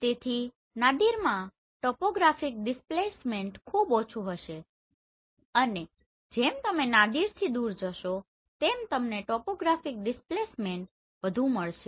તેથી નાદિરમાં topographic displacement ખૂબ ઓછું હશે અને જેમ તમે નાદિરથી દૂર જશો તેમ તમને ટોપોગ્રાફિક ડિસ્પ્લેસમેન્ટ વધુ મળશે